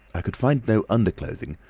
i could find no underclothing,